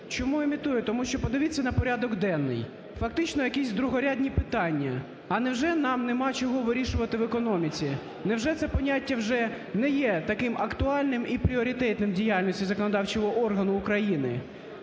Чому імітує? Тому що подивіться на порядок денний: фактично якісь другорядні питання. А невже нам нема чого вирішувати в економіці, невже це поняття вже не є таким актуальним і пріоритетним в діяльності законодавчого органу України?